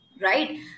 right